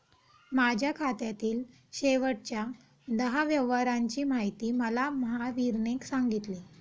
माझ्या खात्यातील शेवटच्या दहा व्यवहारांची माहिती मला महावीरने सांगितली